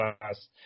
last